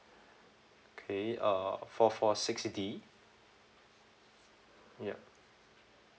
okay uh four four six D yup